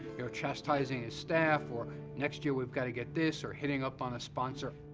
you know, chastising his staff, or next year we've got to get this or hitting up on a sponsor.